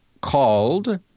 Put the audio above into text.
called